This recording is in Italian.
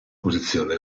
posizione